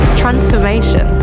transformation